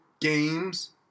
games